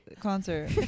concert